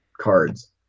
cards